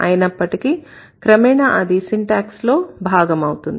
అయినప్పటికీ క్రమేణా అది సింటాక్స్ లో భాగమౌతుంది